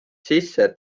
sisse